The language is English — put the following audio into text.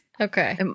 Okay